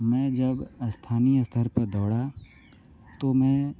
मैं जब स्थानीय स्तर पर दौड़ा तो मैं